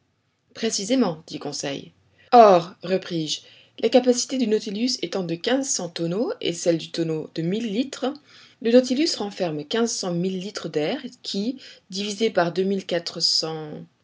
précisément dit conseil or repris-je la capacité du nautilus étant de quinze cents tonneaux et celle du tonneau de mille litres le nautilus renferme quinze cent mille litres d'air qui divisés par